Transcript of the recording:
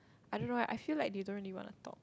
I don't know eh I feel like you don't really want to talk